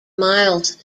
miles